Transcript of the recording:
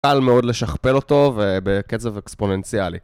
קל מאוד לשכפל אותו ובקצב אקספוננציאלי.